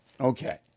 Okay